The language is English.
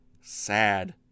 sad